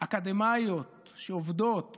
אקדמאיות שעובדות,